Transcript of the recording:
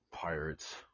Pirates